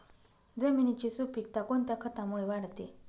जमिनीची सुपिकता कोणत्या खतामुळे वाढते?